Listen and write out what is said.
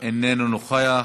איננו נוכח,